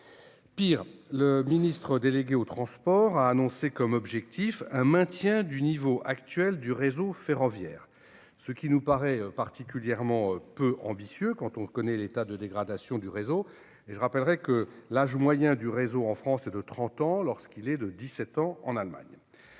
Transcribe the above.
Pis, le ministre chargé des transports a annoncé comme objectif le maintien du niveau actuel du réseau ferroviaire. Un tel objectif nous paraît particulièrement peu ambitieux quand on connaît l'état de dégradation du réseau. À cet égard, je rappelle que l'âge moyen du réseau en France est de 30 ans, contre 17 ans en Allemagne.